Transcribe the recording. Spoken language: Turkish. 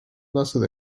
nasıl